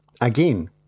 again